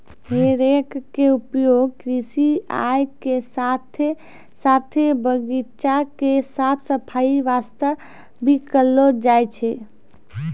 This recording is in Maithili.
हे रेक के उपयोग कृषि कार्य के साथॅ साथॅ बगीचा के साफ सफाई वास्तॅ भी करलो जाय छै